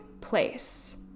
place